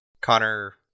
Connor